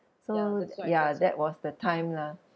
so ya that was the time lah